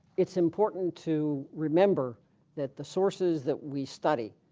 it's important to remember that the sources that we study